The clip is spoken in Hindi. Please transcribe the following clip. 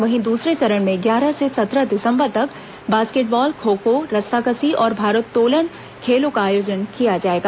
वहीं दूसरे चरण में ग्यारह से सत्रह दिसंबर तक बास्केटबॉल खो खो रस्साकसी और भारोत्तोलन खेलों का आयोजन किया जाएगा